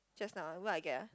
just now what I get